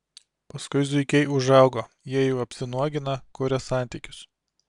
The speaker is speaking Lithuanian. paskui zuikiai užaugo jie jau apsinuogina kuria santykius